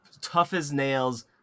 tough-as-nails